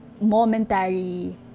momentary